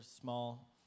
small